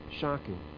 Shocking